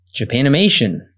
Japanimation